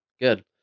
Good